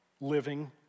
living